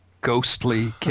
ghostly